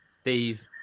Steve